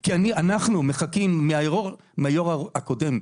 כי אנחנו מחכים מהיו"ר הקודם,